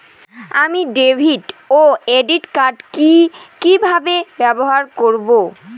আমি ডেভিড ও credit card কি কিভাবে ব্যবহার করব?